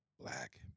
black